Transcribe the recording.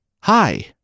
Hi